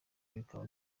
bikaba